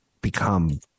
become